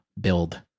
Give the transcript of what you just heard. build